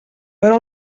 però